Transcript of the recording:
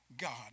God